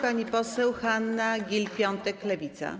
Pani poseł Hanna Gill-Piątek, Lewica.